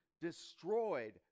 destroyed